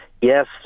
Yes